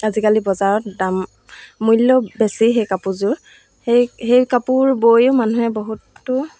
আজিকালি বজাৰত দাম মূল্য বেছি সেই কাপোৰযোৰ সেই সেই কাপোৰ বৈয়ো মানুহে বহুতো